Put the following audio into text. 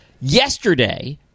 Yesterday